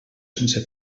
sense